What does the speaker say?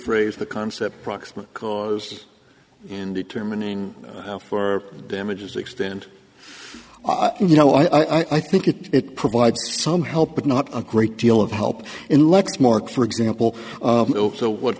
phrase the concept proximate cause in determining how for damages extend you know i think it it provides some help but not a great deal of help in lexmark for example so what